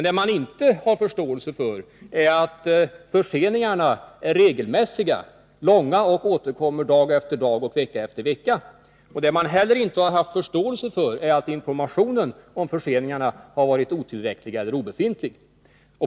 Det man inte har förståelse för är att förseningarna är regelmässiga, långa och återkommer dag efter dag, vecka efter vecka. Man har inte heller förståelse för att informationen om förseningarna varit otillräcklig eller obefintlig.